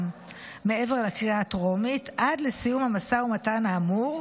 מעבר לקריאה הטרומית עד לסיום המשא ומתן האמור,